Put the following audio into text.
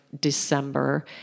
December